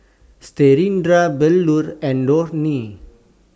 Satyendra Bellur and Dhoni